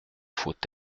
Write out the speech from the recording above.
faut